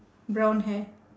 brown hair